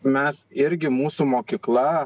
mes irgi mūsų mokykla